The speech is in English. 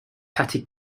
petty